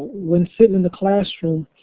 when sitting in the classroom,